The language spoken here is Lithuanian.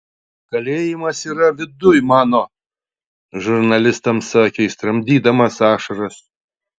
kalėjimas yra viduj mano žurnalistams sakė jis tramdydamas ašaras